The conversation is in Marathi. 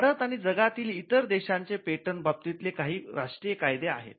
भारत आणि जगातील इतर देशांचे पेटंट बाबतीतले काही राष्ट्रीय कायदे आहेत